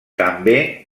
també